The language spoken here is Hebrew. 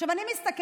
עכשיו, אני מסתכלת.